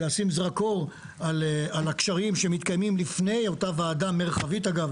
לשים זרקור על הקשרים שמתקיימים לפני אותה ועדה מרחבית אגב,